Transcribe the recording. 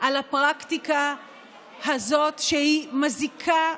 על הפרקטיקה הזאת, שהיא מזיקה,